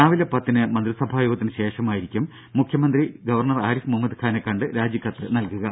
രാവിലെ പത്തിന് മന്ത്രിസഭാ യോഗത്തിന് ശേഷമായിരിക്കും മുഖ്യമന്ത്രി ഗവർണർ ആരിഫ് മുഹമ്മദ് ഖാനെ കണ്ട് രാജിക്കത്ത് നൽകുക